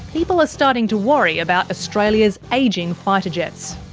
people are starting to worry about australia's ageing fighter jets.